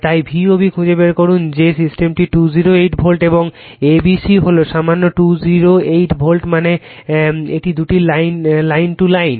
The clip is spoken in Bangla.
তাই VOB খুঁজে বের করুন যে সিস্টেমটি 208 ভোল্ট এবং A B C হল সমান 208 ভোল্ট মানে এটি লাইন টু লাইন